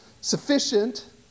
Sufficient